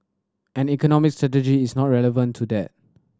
and economic strategy is not irrelevant to that